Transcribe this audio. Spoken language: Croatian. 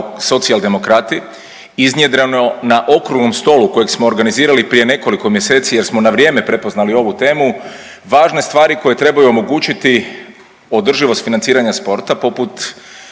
Socijaldemokrati iznjedreno na okruglom stolu kojeg smo organizirali prije nekoliko mjeseci jer smo na vrijeme prepoznali ovu temu, važne stvari koje trebaju omogućiti održivost financiranja sporta poput